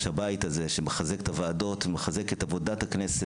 הבית שמחזק את הוועדות ואת עבודת הכנסת החשובה.